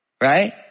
right